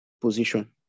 position